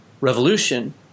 revolution